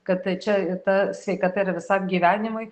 kad tai čia ta sveikata yra visam gyvenimui